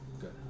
good